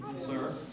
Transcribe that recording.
sir